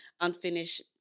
unfinished